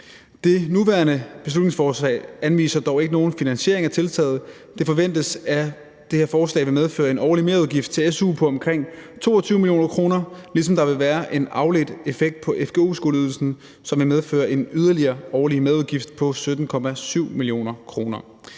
Det nuværende beslutningsforslag anviser dog ikke nogen finansiering af tiltaget. Det forventes, at det her forslag vil medføre en årlig merudgift til su på omkring 22 mio. kr., ligesom der vil være en afledt effekt på fgu-skoleydelsen, som vil medføre en yderligere årlig merudgift på 17,7 mio. kr.